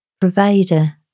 Provider